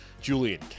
Julian